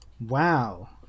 wow